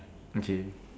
okay